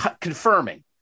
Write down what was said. confirming